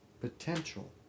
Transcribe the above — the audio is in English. potential